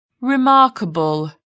remarkable